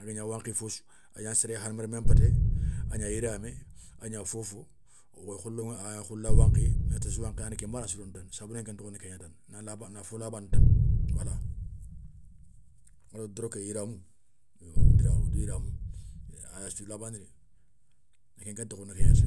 a ga gna wankhi fo sou, a gna séré hadama remme npété, a gna yiramé agna fofo khola wankhi, a na kenbana sirono tane, saboune nké tokhoni kégna tane na fo labandi tane, wala a do doroké yiramou, ndi yiramou aya sou labandini saboun nké tokhoni kégna ta.